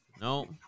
No